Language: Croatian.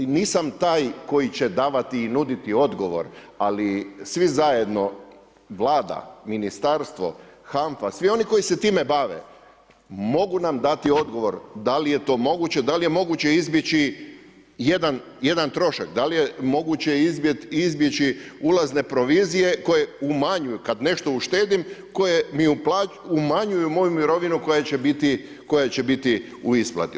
Nisam taj koji će davati i nuditi odgovor ali svi zajedno, Vlada, ministarstvo, HANF-a, svi oni koji se time bave mogu nam dati odgovor da li je to moguće, da li je moguće izbjeći jedan, jedan trošak, da li je moguće izbjeći ulazne provizije koje umanjuju, kada nešto uštedim, koje mi umanjuju moju mirovinu koja će biti u isplati.